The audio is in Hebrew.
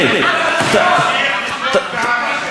תמשיך לשלוט בעם אחר.